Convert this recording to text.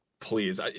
Please